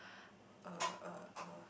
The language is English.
uh uh uh